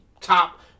top